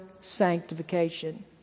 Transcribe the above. sanctification